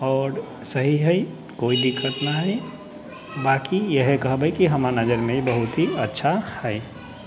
आओर सही है कोइ दिक्कत ना है बाकी इहे कहबै की हमर नजर मे ई बहुत ही अच्छा है